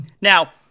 Now